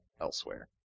elsewhere